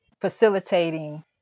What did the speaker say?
facilitating